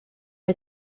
are